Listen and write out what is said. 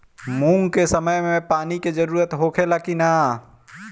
मूंग के समय मे पानी के जरूरत होखे ला कि ना?